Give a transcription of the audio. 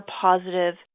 positive